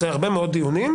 אחרי הרבה מאוד דיונים,